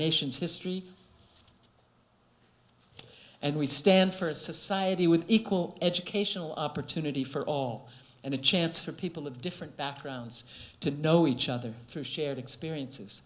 nation's history and we stand for a society with equal educational opportunity for all and a chance for people of different backgrounds to know each other through shared experiences